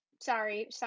Sorry